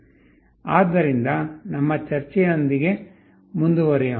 ಆದ್ದರಿಂದ ನಮ್ಮ ಚರ್ಚೆಯೊಂದಿಗೆ ಮುಂದುವರಿಯೋಣ